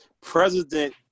President